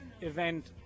event